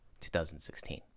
2016